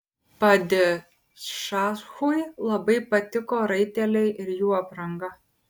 padišachui labai patiko raiteliai ir jų apranga